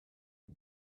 but